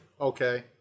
okay